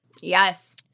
yes